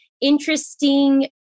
interesting